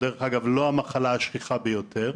שדרך אגב זאת לא המחלה השכיחה ביותר.